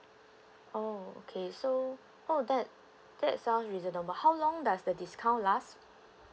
oh okay so oh that that sounds reasonable how long does the discount lasts